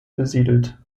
besiedelt